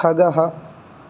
खगः